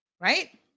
right